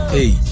Hey